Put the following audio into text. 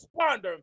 responder